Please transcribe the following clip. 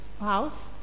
house